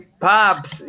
Pops